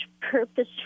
purpose